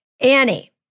Annie